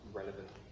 relevant